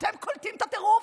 אתם קולטים את הטירוף?